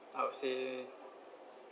I would say